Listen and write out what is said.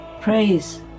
praise